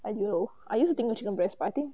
I don't know I used to think is chicken breast but I think